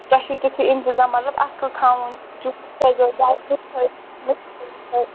تۄہہِ چھُو تِتھُے اِنتِظام مطلب اَصٕل تھاوُن جوٗس تھٲوِزِیٚو ڈَراے فُروٗٹ تھٲ